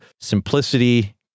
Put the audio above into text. simplicity